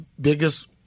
biggest